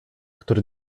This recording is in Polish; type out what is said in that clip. który